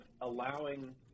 allowing